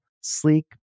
sleek